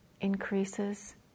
increases